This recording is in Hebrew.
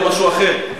זה משהו אחר,